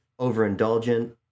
overindulgent